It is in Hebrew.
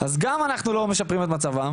אז גם אנחנו לא משפרים את מצבם,